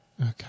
Okay